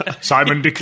Simon